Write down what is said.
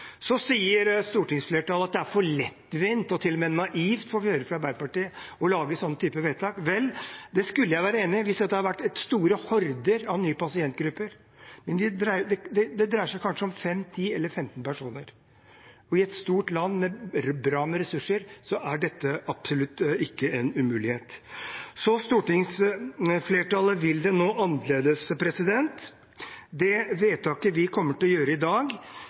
Så sier stortingsflertallet at det er for lettvint – og til og med naivt får vi høre fra Arbeiderpartiet – å lage slike typer vedtak. Vel, det skulle jeg være enig i hvis dette hadde vært store horder av nye pasientgrupper, men det dreier seg kanskje om fem, ti eller femten personer. Og i et stort land med bra med ressurser er dette absolutt ikke en umulighet. Stortingsflertallet vil det annerledes. Det vedtaket vi kommer til å gjøre i dag,